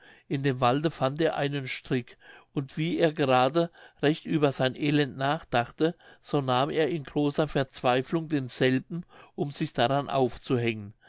in dem walde fand er einen strick und wie er gerade recht über sein elend nachdachte so nahm er in großer verzweiflung denselben um sich daran aufzuhängen